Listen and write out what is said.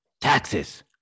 taxes